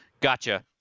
gotcha